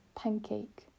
pancake